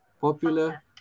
Popular